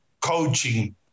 coaching